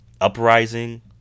uprising